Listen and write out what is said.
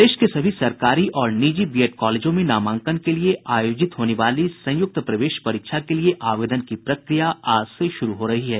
प्रदेश के सभी सरकारी और निजी बीएड कॉलेजों में नामांकन के लिए आयोजित होने वाली संयुक्त प्रवेश परीक्षा के लिए आवेदन की प्रक्रिया आज से शुरू हो रही है